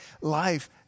life